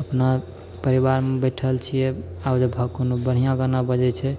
अपना परिबारमे बैठल छियै आब जे कोनो बढ़िआँ गाना बजैत छै